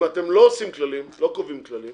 אם אתם לא קובעים כללים